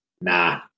Nah